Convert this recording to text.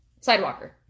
sidewalker